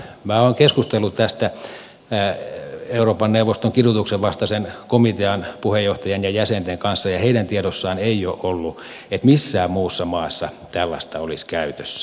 minä olen keskustellut tästä euroopan neuvoston kidutuksen vastaisen komitean puheenjohtajan ja jäsenten kanssa ja heidän tiedossaan ei ole ollut että missään muussa maassa tällaista olisi käytössä